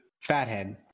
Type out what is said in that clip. fathead